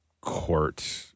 court